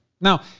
Now